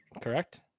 correct